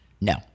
No